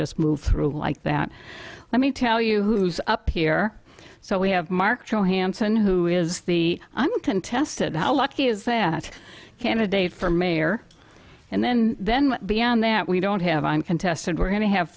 just move through like that let me tell you who's up here so we have mark johansen who is the i'm contested how lucky is that candidate for mayor and then then beyond that we don't have a contest and we're going to have